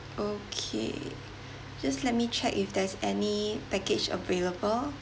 okay just let me check if there's any package available